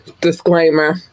disclaimer